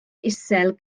isel